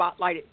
spotlighted